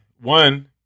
one